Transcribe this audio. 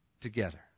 together